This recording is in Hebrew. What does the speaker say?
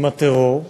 עם הטרור.